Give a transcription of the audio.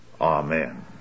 Amen